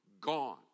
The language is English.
gone